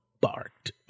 barked